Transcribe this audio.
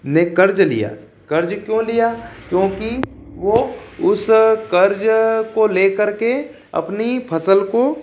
ने कर्ज लिया कर्ज क्यों लिया क्योंकि वो उस कर्ज को लेकर के अपनी फसल को